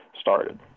started